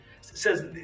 says